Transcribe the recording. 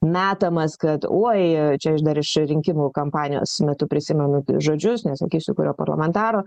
metamas kad uoj čia aš dar iš rinkimų kampanijos metu prisimenu žodžius nesakysiu kurio parlamentaro